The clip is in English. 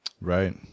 Right